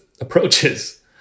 approaches